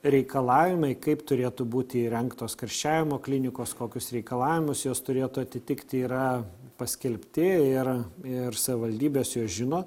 reikalavimai kaip turėtų būti įrengtos karščiavimo klinikos kokius reikalavimus jos turėtų atitikti yra paskelbti ir ir savivaldybės jos žino